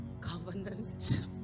covenant